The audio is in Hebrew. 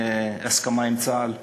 הסכמה עם צה"ל,